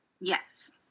Yes